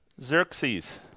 Xerxes